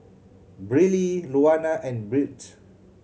Briley Luana and Birt